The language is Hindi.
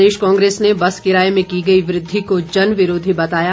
प्रदेश कांग्रेस ने बस किराए में की गई वृद्धि को जनविरोधी बताया